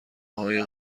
های